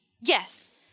Yes